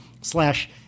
slash